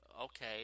okay